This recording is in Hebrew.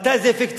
מתי זה אפקטיבי?